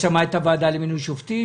יש שם את הוועדה למינוי שופטים,